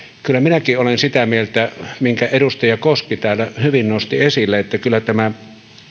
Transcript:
kyllä minäkin olen sitä mieltä minkä edustaja koski täällä hyvin nosti esille että kyllä tämä